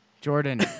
Jordan